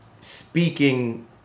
speaking